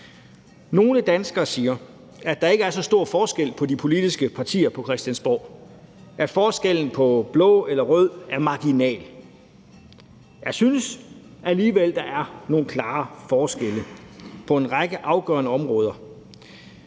Nogle danskere siger, at der ikke er så stor forskel på de politiske partier på Christiansborg, at forskellen på blå eller rød er marginal. Jeg synes alligevel, der er nogle klare forskelle på en række afgørende områder.